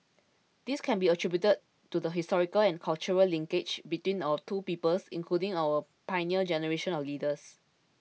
this can be attributed to the historical and cultural linkages between our two peoples including our Pioneer Generation of leaders